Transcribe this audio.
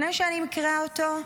לא שומעים.